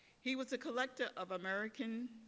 he was a collector of american,